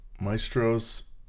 Maestros